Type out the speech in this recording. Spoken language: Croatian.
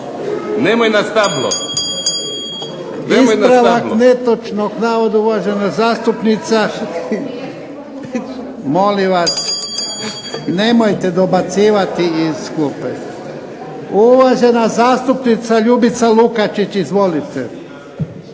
Zahvaljujem. Ispravak netočnog navoda, uvažena zastupnica. Molim vas nemojte dobacivati iz klupe. Uvažena zastupnica Ljubica Lukačić. Izvolite.